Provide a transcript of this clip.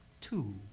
two